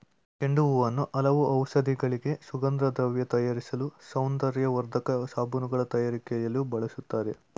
ಚೆಂಡು ಹೂವನ್ನು ಹಲವು ಔಷಧಿಗಳಿಗೆ, ಸುಗಂಧದ್ರವ್ಯ ತಯಾರಿಸಲು, ಸೌಂದರ್ಯವರ್ಧಕ ಸಾಬೂನುಗಳ ತಯಾರಿಕೆಯಲ್ಲಿಯೂ ಬಳ್ಸತ್ತರೆ